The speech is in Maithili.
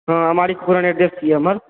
हँ अमाड़ि कुपरान एड्रेस छियै हमर